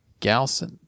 Galson